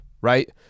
right